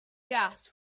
gas